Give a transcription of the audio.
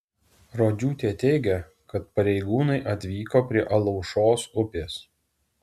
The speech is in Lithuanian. rodžiūtė teigia kad pareigūnai atvyko prie alaušos upės